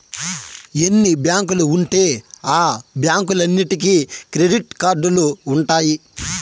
ఎన్ని బ్యాంకులు ఉంటే ఆ బ్యాంకులన్నీటికి క్రెడిట్ కార్డులు ఉంటాయి